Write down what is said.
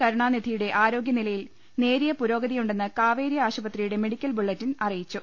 കരുണാനിധിയുടെ ആരോഗ്യനിലയിൽ നേരിയ പുരോഗതിയു ണ്ടെന്ന് കാവേരി ആശുപത്രിയുടെ മെഡിക്കൽ ബുള്ളറ്റിൻ അറിയിച്ചു